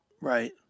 Right